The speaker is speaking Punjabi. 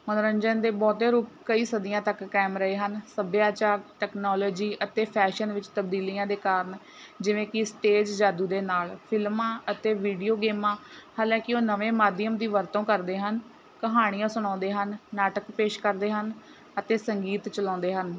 ਮਨੋਰੰਜਨ ਦੇ ਬਹੁਤੇ ਰੂਪ ਕਈ ਸਦੀਆਂ ਤੱਕ ਕਾਇਮ ਰਹੇ ਹਨ ਸੱਭਿਆਚਾਰ ਟੈਕਨੋਲੋਜੀ ਅਤੇ ਫੈਸ਼ਨ ਵਿੱਚ ਤਬਦੀਲੀਆਂ ਦੇ ਕਾਰਨ ਜਿਵੇਂ ਕਿ ਸਟੇਜ ਜਾਦੂ ਦੇ ਨਾਲ਼ ਫਿਲਮਾਂ ਅਤੇ ਵੀਡੀਓ ਗੇਮਾਂ ਹਾਲਾਂਕਿ ਉਹ ਨਵੇਂ ਮਾਧਿਅਮ ਦੀ ਵਰਤੋਂ ਕਰਦੇ ਹਨ ਕਹਾਣੀਆਂ ਸੁਣਾਉਂਦੇ ਹਨ ਨਾਟਕ ਪੇਸ਼ ਕਰਦੇ ਹਨ ਅਤੇ ਸੰਗੀਤ ਚਲਾਉਂਦੇ ਹਨ